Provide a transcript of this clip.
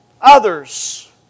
others